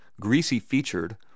greasy-featured